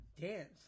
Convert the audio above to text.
dance